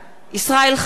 ישראל חסון,